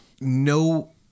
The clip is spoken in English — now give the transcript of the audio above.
No